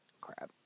Crap